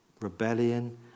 Rebellion